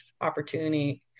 opportunity